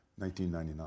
1999